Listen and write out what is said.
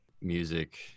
music